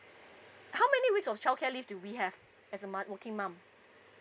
how many weeks of childcare leave do we have as a mu~ working mum